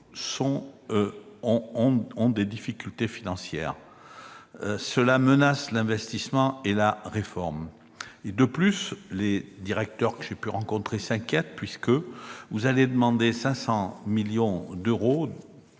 ont des difficultés financières. Cela menace l'investissement et la réforme. Les directeurs que j'ai rencontrés s'inquiètent ; vous allez demander 500 millions d'euros